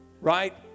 right